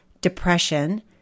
depression